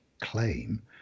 claim